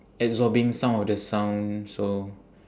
absorbing some of the sound so